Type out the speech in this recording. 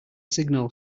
signal